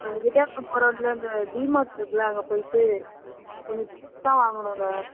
ஆ எட்டயபுரம் போகிற வழியில இந்த டிமார்ட் இருக்கில்ல அங்கே போய்விட்டு கொஞ்சம் திங்க்ஸ்லாம் வாங்கணுண்ண